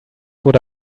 would